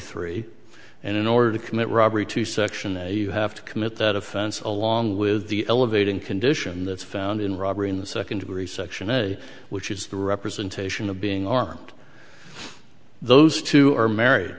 three and in order to commit robbery to section a you have to commit that offense along with the elevating condition that's found in robbery in the second degree section a which is the representation of being armed those two are married